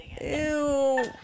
Ew